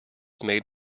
made